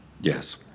Yes